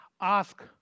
ask